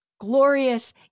glorious